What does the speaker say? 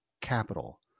capital